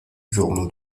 journaux